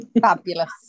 fabulous